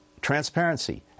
Transparency